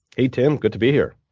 hey, tim. good to be here.